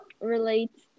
relates